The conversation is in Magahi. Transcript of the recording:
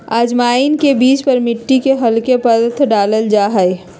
अजवाइन के बीज पर मिट्टी के हल्के परत डाल्ल जाहई